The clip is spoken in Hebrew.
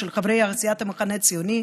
של חברי סיעת המחנה הציוני,